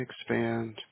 expand